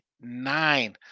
nine